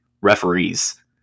Referees